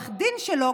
העורך דין שלו,